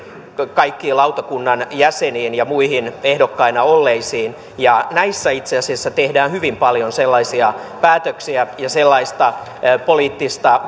kaikkiin lautakunnan jäseniin ja muihin ehdokkaina olleisiin ja näissä itse asiassa tehdään hyvin paljon sellaisia päätöksiä ja sellaista poliittista